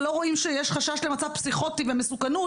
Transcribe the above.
ושלא רואים חשש למצב פסיכוטי ולמסוכנות